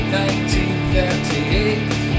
1938